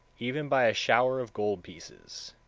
even by a shower of gold pieces